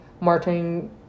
Martin